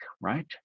right